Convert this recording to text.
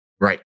Right